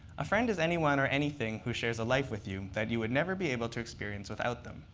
a friend is anyone or anything who shares a life with you that you would never be able to experience without them,